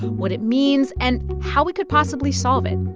what it means and how we could possibly solve it